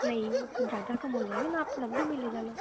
नहीं कुछ ज़्यादा कम हो जाएगा ना आप नब्बे में लेजा लो